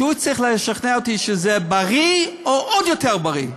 הוא צריך לשכנע אותי שזה בריא או עוד יותר בריא.